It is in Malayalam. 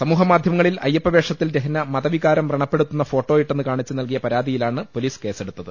സമൂഹ മാധ്യമങ്ങളിൽ അയ്യപ്പ വേഷത്തിൽ രഹ്ന മതവികാരം പ്രണപ്പെ ടുത്തുന്ന ഫോട്ടോ ഇട്ടെന്ന് കാണിച്ച് നൽകിയ പരാതിയിലാണ് പൊലീസ് കേസെടുത്തത്